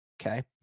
okay